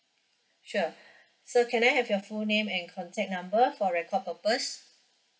sure so can I have your full name and contact number for record purpose